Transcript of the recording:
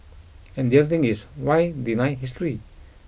and the other thing is why deny history